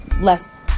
less